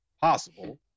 possible